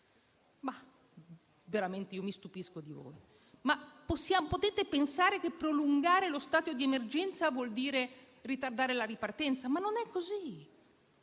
Veramente io mi stupisco di voi. Ma potete pensare che prolungare lo stato di emergenza vuol dire ritardare la ripartenza? Non è così.